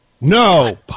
No